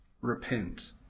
Repent